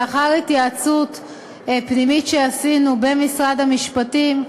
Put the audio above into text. לאחר התייעצות פנימית שעשינו במשרד המשפטים,